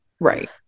Right